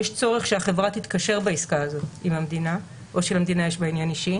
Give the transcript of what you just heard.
יש צורך שהחברה תתקשר בעסקה הזאת עם המדינה או שלמדינה יש בה עניין הזה.